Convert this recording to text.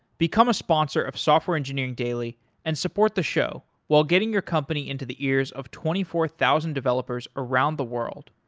become a sponsor of software engineering daily and support the show while getting your company into the ears of twenty four thousand developers around the world.